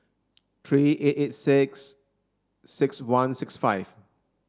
three eight eight six six one six five